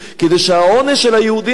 שלא קיבלו את משיחותו של אותו האיש,